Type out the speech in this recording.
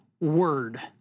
word